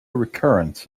recurrence